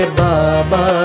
baba